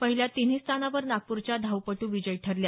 पहिल्या तिन्ही स्थानावर नागपूरच्या धावपटू विजयी ठरल्या